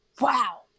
wow